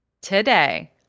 today